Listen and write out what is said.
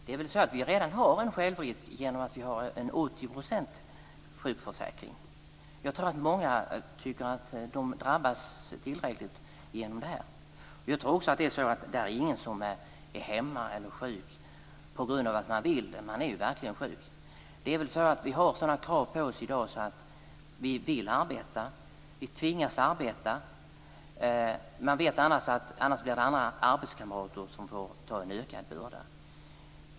Fru talman! Vi har redan en självrisk i och med att sjukförsäkringen ligger på 80 %. Jag tror att många tycker att de drabbas tillräckligt av det. Jag tror inte att någon är hemma eller sjuk på grund av att de vill det. De är verkligen sjuka. Det är väl så att vi har sådana krav på oss i dag att vi vill och tvingas arbeta. Vi vet att annars får andra arbetskamrater en ökad börda.